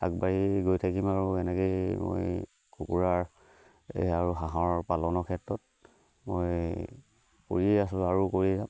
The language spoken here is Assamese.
আগবাঢ়ি গৈ থাকিম আৰু এনেকেই মই কুকুৰাৰ আৰু হাঁহৰ পালনৰ ক্ষেত্ৰত মই কৰিয়ে আছোঁ আৰু কৰি যাম